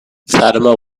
fatima